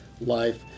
life